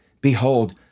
behold